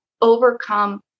overcome